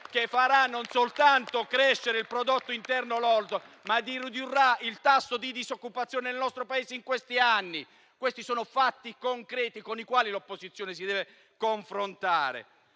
che farà non soltanto crescere il prodotto interno lordo, ma ridurrà il tasso di disoccupazione nel nostro Paese in questi anni. Questi sono fatti concreti con i quali l'opposizione si deve confrontare.